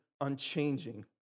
unchanging